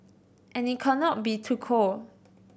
and it cannot be too cold